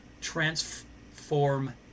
transform